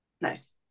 Nice